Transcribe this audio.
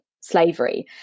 slavery